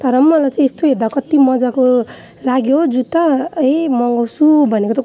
तर पनि मलाई चाहिँ यस्तो हेर्दा कति मजाको लाग्यो हो जुत्ता यही मगाउँछु भनेको त कस्तो